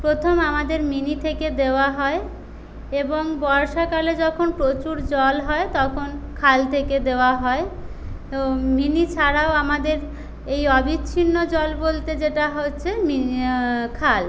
প্রথম আমাদের মিনি থেকে দেওয়া হয় এবং বর্ষাকালে যখন প্রচুর জল হয় তখন খাল থেকে দেওয়া হয় ও মিনি ছাড়াও আমাদের এই অবিচ্ছিন্ন জল বলতে যেটা হচ্ছে মি খাল